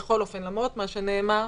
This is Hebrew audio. למרות מה שנאמר,